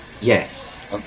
Yes